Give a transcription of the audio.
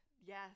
yes